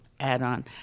add-on